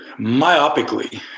myopically